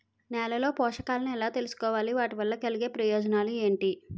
నేలలో పోషకాలను ఎలా తెలుసుకోవాలి? వాటి వల్ల కలిగే ప్రయోజనాలు ఏంటి?